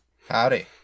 Howdy